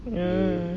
mm